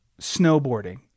snowboarding